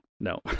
no